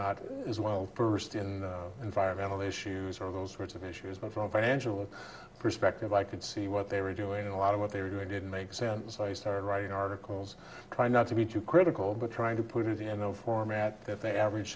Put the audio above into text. not as well versed in environmental issues or those sorts of issues but from a financial perspective i could see what they were doing a lot of what they were doing didn't make sense so i started writing articles trying not to be too critical but trying to put it in a format that the average